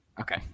Okay